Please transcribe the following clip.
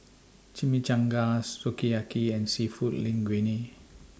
Chimichangas Sukiyaki and Seafood Linguine